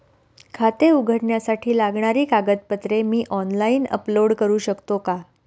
खाते उघडण्यासाठी लागणारी कागदपत्रे मी ऑनलाइन अपलोड करू शकतो का?